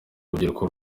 rubyiruko